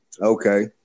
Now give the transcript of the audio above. Okay